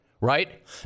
right